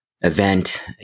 event